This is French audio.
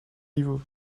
rivaux